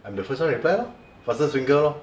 I'm the first one to reply lor fastest finger lor